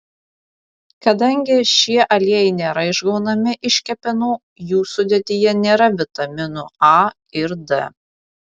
kadangi šie aliejai nėra išgaunami iš kepenų jų sudėtyje nėra vitaminų a ir d